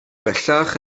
bellach